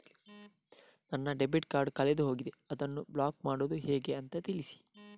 ನನ್ನ debit card ಕಳೆದು ಹೋಗಿದೆ, ಅದನ್ನು ಬ್ಲಾಕ್ ಮಾಡುವುದು ಹೇಗೆ ಅಂತ ತಿಳಿಸಿ?